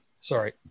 sorry